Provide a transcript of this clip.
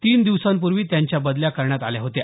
तीन दिवसांपूर्वी त्यांच्या बदल्या करण्यात आल्या होत्या